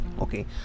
Okay